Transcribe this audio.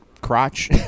crotch